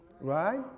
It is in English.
right